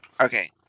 Okay